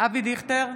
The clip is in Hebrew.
אבי דיכטר,